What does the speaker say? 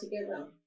together